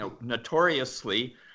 notoriously